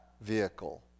vehicle